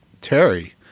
Terry